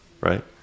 right